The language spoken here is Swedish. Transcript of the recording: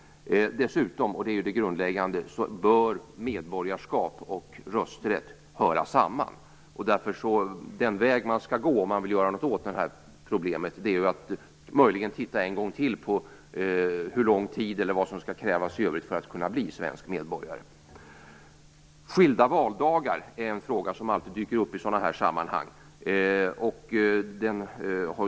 Dessutom bör - och det är grundläggande - medborgarskap och rösträtt höra samman. Den väg som skall tas - om något skall göras åt problemet - är att möjligen än en gång se över hur lång tid eller vad som krävs i övrigt för att bli svensk medborgare. Skilda valdagar är en fråga som alltid dyker upp i dessa sammanhang.